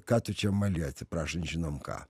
ką tu čia mali atsiprašant žinom ką